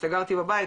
הסתגרתי בבית,